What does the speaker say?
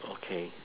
okay